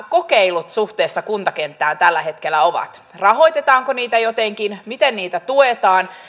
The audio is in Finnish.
kokeilut suhteessa kuntakenttään tällä hetkellä ovat rahoitetaanko niitä jotenkin miten niitä tuetaan